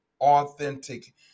authentic